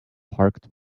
parked